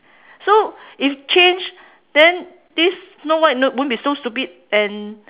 so if change then this snow white no won't be so stupid and